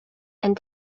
and